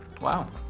Wow